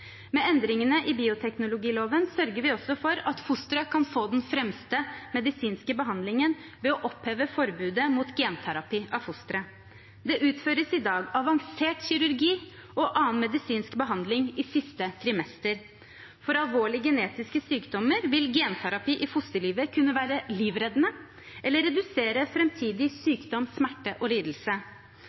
Med endringene i bioteknologiloven sørger vi også for at fostre kan få den fremste medisinske behandlingen ved å oppheve forbudet mot genterapi av fostre. Det utføres i dag avansert kirurgi og annen medisinsk behandling i siste trimester. For alvorlige genetiske sykdommer vil genterapi i fosterlivet kunne være livreddende eller redusere framtidig sykdom, smerte og lidelse.